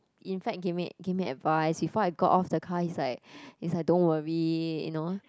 in fact give me give me advice before I got off the car is like is like don't worry you know